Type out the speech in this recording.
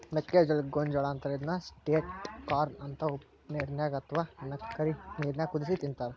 ಮೆಕ್ಕಿಜೋಳಕ್ಕ ಗೋಂಜಾಳ ಅಂತಾರ ಇದನ್ನ ಸ್ವೇಟ್ ಕಾರ್ನ ಅಂತ ಉಪ್ಪನೇರಾಗ ಅತ್ವಾ ಸಕ್ಕರಿ ನೇರಾಗ ಕುದಿಸಿ ತಿಂತಾರ